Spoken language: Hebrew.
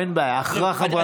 אין בעיה, אחרי חברת הכנסת.